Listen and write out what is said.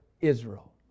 Israel